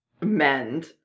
mend